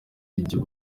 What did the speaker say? ibyo